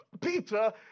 Peter